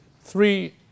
three